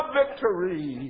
victory